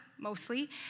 mostly